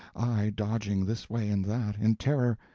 i dodging this way and that, in terror,